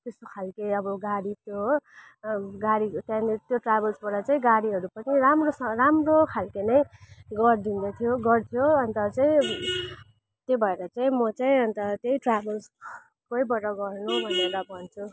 त्यस्तो खालको अब गाडी थियो हो गाडीको त्यहाँनेरि त्यो ट्राभल्सबाट चाहिँ गाडीहरू पनि राम्रो छ राम्रो खालको नै गरिदिन्थ्यो गर्थ्यो अन्त चाहिँ त्यही भएर चाहिँ म चाहिँ अन्त त्यही ट्राभल्सकैबाय गर्नु भनेर भन्छु